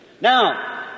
Now